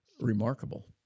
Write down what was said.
remarkable